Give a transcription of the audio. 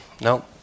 No